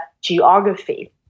geography